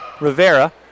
Rivera